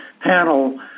panel